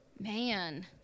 Man